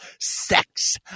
sex